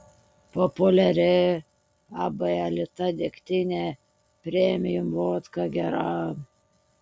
populiari ab alita degtinė premium vodka gera